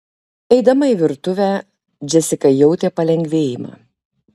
eidama į virtuvę džesika jautė palengvėjimą